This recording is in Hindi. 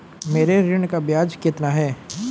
मेरे ऋण का ब्याज कितना है?